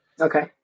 Okay